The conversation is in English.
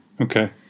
okay